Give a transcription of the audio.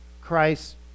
Christ